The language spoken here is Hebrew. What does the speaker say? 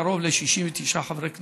קרוב ל-69 חברי כנסת.